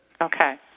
Okay